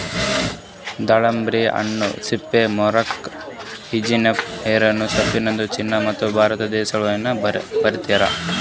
ದಾಳಿಂಬೆ ಹಣ್ಣ Spain, Morocco, Egypt, Iran, Afghanistan, China ಮತ್ತ ಭಾರತ ದೇಶಗೊಳ್ದಾಗ್ ಬೆಳಿತಾರ್